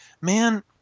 man